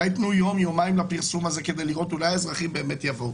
אולי תנו יום או יומיים לפרסום הזה כדי לראות אם אזרחים באמת יבואו?